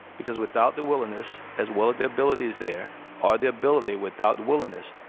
because without the willingness as well as the ability is there or the ability without the willingness,